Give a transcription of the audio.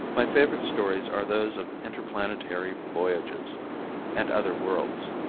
my favorite stories are those of interplanetary voyages and other worlds.